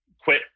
quit